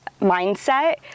mindset